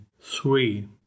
three